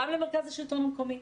גם למרכז השלטון המקומי,